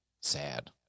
sad